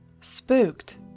Spooked